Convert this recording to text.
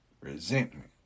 resentment